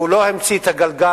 הוא לא המציא את הגלגל,